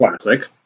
Classic